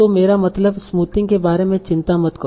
तो मेरा मतलब स्मूथिंग के बारे में चिंता मत करो